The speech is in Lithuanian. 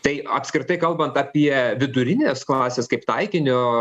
tai apskritai kalbant apie vidurinės klasės kaip taikinio